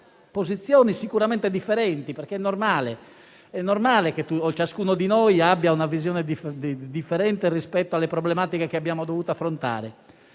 posizioni sicuramente differenti, perché è normale che ciascuno di noi abbia una visione diversa rispetto alle problematiche che abbiamo dovuto affrontare.